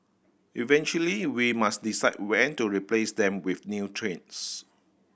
eventually we must decide when to replace them with new trains